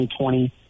2020